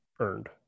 earned